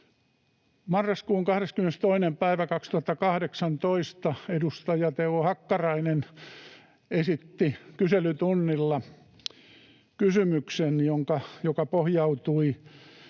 Marraskuun 22. päivä 2018 edustaja Teuvo Hakkarainen esitti kyselytunnilla kysymyksen, joka pohjautui